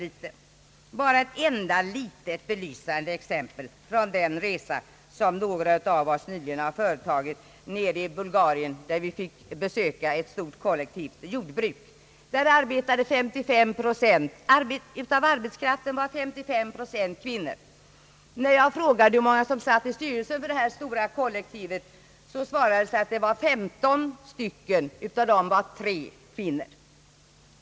Jag vill ge bara ett enda litet belysande exempel från den resa som några av oss nyligen har företagit till Bulgarien, där vi fick besöka ett stort kollektivt jordbruk. 55 procent av arbetskraften var kvinnor. När jag frågade hur många som satt i styrelsen för detta stora kollektiva jordbruk svarades det mig att i styrelsen satt 15 personer, varav endast 3 kvinnor.